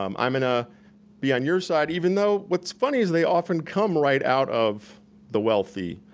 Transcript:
um i'm gonna be on your side even though what's funny is they often come right out of the wealthy,